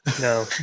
No